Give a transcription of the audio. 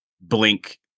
Blink